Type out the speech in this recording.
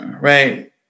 Right